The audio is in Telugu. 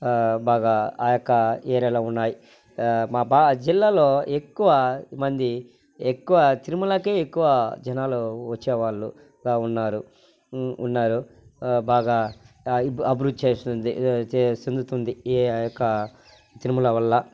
బాగా ఆ యొక్క ఏరియాలో ఉన్నాయ్ మా బాలాజీ జిల్లాలో ఎక్కువమంది ఎక్కువ తిరుమలకే ఎక్కువ జనాలు వచ్చేవాళ్ళుగా ఉన్నారు ఉన్నారు బాగా అభివృద్ధి చెందుతుంది ఆ యొక తిరుమల వల్ల